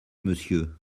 monsieur